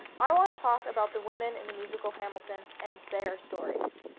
i want to talk about the women in the musical hamilton and their stories,